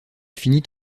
finit